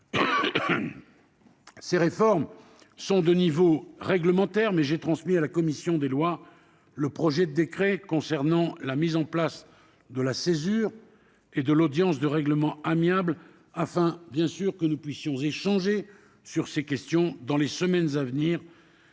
Ces réformes relèvent du domaine réglementaire, mais j'ai transmis à la commission des lois le projet de décret concernant la mise en place de la césure et de l'audience de règlement amiable, afin que nous puissions échanger sur ces questions dans les semaines à venir,